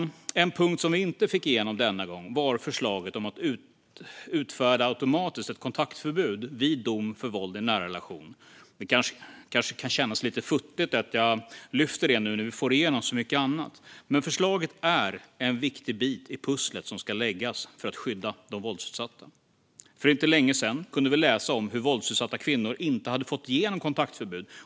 En punkt som vi inte fick igenom denna gång var förslaget om att automatiskt utfärda kontaktförbud vid dom för våld i nära relationer. Det kanske känns lite futtigt att lyfta fram det nu när vi får igenom så mycket annat, men förslaget är en viktig bit i pusslet som ska läggas för att skydda de våldsutsatta. För inte länge sedan kunde vi läsa om våldsutsatta kvinnor som inte hade fått igenom kontaktförbud.